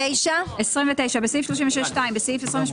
הסתייגות מספר 29. בסעיף 36(2) בסעיף 28א,